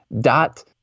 dot